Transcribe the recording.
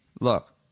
Look